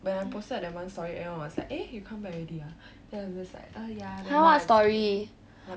when I posted that one story everyone was like eh you come back already ah then I'm just like uh yeah I just came back